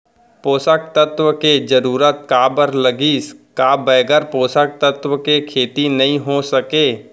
पोसक तत्व के जरूरत काबर लगिस, का बगैर पोसक तत्व के खेती नही हो सके?